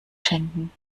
schenken